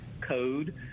code